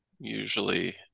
usually